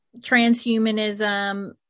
transhumanism